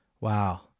wow